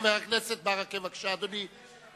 חבר הכנסת ברכה, בבקשה, אדוני.